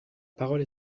parole